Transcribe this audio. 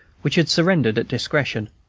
which had surrendered at discretion.